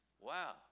Wow